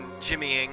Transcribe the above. jimmying